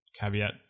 caveat